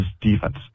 defense